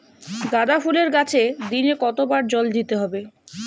গাদা ফুলের গাছে দিনে কতবার জল দিতে হবে?